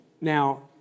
Now